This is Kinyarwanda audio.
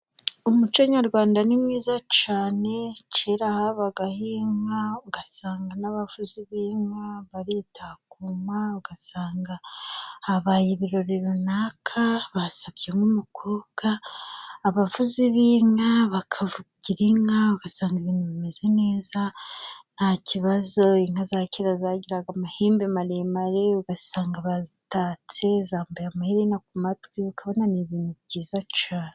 Umuco nyarwanda ni mwiza cyane, kera habagaho inka ugasanga n'abavuzi b'inka baritakuma, ugasanga habaye ibirori runaka basabye nk'umukobwa abavuzi b'inka bakavugira inka, ugasanga ibintu bimeze neza nta kibazo. Inka za kera zagiraga amahembe maremare ugasanga bazitatse zambaye amaherena ku matwi, ukabona ni ibintu byiza cyane.